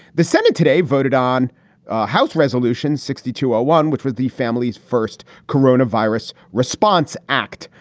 the senate today voted on a house resolution sixty two ah one, which was the family's first corona virus response act.